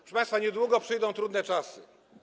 Proszę państwa, niedługo przyjdą trudne czasy.